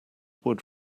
would